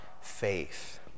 faith